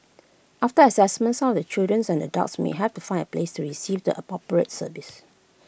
after Assessment some of the children's and adults may have to find A place to receive the appropriate service